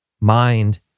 mind